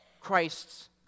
Christ's